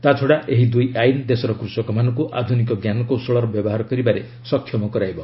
ତା'ଛଡ଼ା ଏହି ଦୁଇ ଆଇନ ଦେଶର କୃଷକମାନଙ୍କୁ ଆଧୁନିକ ଜ୍ଞାନକୌଶଳର ବ୍ୟବହାର କରିବାରେ ସକ୍ଷମ କରାଇବ